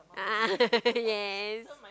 a'ah yes